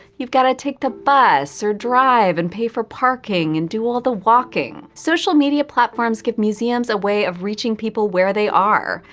you've got to take the bus or drive and pay for parking and do all the walking. social media platforms give museums a way of reaching people where they are,